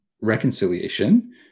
reconciliation